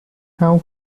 how